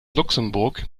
luxemburg